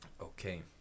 okay